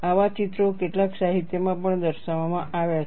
આવા ચિત્રો કેટલાક સાહિત્યમાં પણ દર્શાવવામાં આવ્યા છે